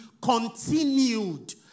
continued